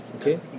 okay